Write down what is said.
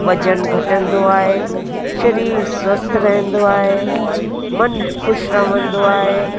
वज़न घटंदो आहे सरीरु स्वस्थ्य रहंदो आहे मनु ख़ुशि रहंदो आहे